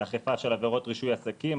אכיפה של עבירות רישוי עסקים,